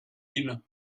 ils